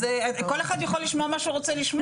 כל אחד יכול לשמוע מה שרוצה לשמוע,